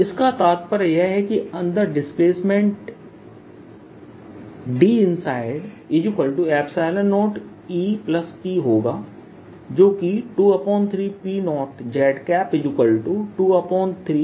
और इसका तात्पर्य यह है कि अंदर डिस्प्लेसमेंट Dinside0EPहोगा जो कि 23P0z23Pभी लिखा जा सकता है